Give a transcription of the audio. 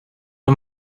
him